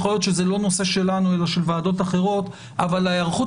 יכול להיות שזה לא נושא שלנו אלא של ועדות אחרות אבל ההיערכות